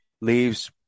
leaves